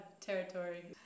territory